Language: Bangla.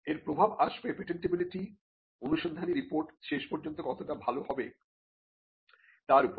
এর প্রভাব আসবে পেটেন্টিবিলিটি অনুসন্ধানী রিপোর্ট শেষ পর্যন্ত কতটা ভালো হবে তার উপর